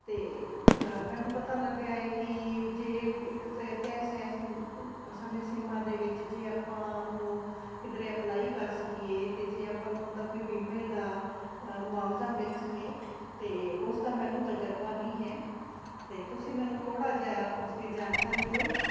ਅਤੇ ਮੈਨੂੰ ਪਤਾ ਲੱਗਿਆ ਹੈ ਕਿ ਜੇ ਇੱਕ ਸਮੇਂ ਸੀਮਾ ਦੇ ਵਿੱਚ ਜੇ ਆਪਾਂ ਉਹਨੂੰ ਕਿੱਧਰੇ ਅਪਲਾਈ ਕਰ ਸਕੀਏ ਤਾਂ ਜੋ ਆਪਾਂ ਨੂੰ ਉਹਦਾ ਕੋਈ ਬੀਮੇ ਦਾ ਮੁਆਵਜ਼ਾ ਮਿਲ ਸਕੇ ਅਤੇ ਉਸ ਦਾ ਮੈਨੂੰ ਤਜਰਬਾ ਨਹੀਂ ਹੈ ਤਾਂ ਤੁਸੀਂ ਮੈਨੂੰ ਥੋੜ੍ਹਾ ਜਿਹਾ ਉਸਦੀ ਜਾਣਕਾਰੀ ਦਿਓ